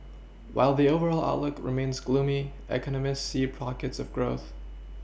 while the overall outlook remains gloomy economists see pockets of growth